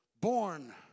born